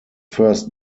first